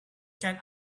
can